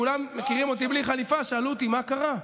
כולם מכירים אותי בלי חליפה שאלו אותי מה קרה.